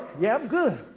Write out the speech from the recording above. yeah, i'm good.